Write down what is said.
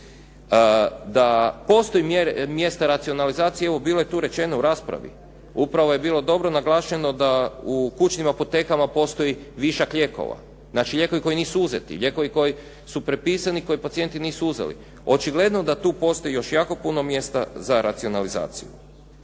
Da postoji mjesta racionalizacije evo bilo je tu rečeno u raspravi. Upravo je bilo dobro naglašeno da u kućnim apotekama postoji višak lijekova, znači lijekovi koji nisu uzeti, lijekovi koji su prepisani, koje pacijenti nisu uzeli. Očigledno da tu postoji još jako puno mjesta za racionalizaciju.